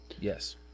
Yes